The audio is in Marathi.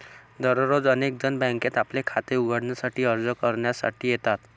दररोज अनेक जण बँकेत आपले खाते उघडण्यासाठी अर्ज करण्यासाठी येतात